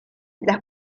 las